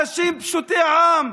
אנשים פשוטי עם,